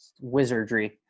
wizardry